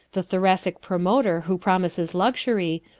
the thoracic promoter who promises luxury,